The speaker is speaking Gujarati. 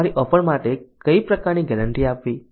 અમારી ઓફર માટે કઈ પ્રકારની ગેરંટી આપવી